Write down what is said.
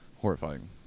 horrifying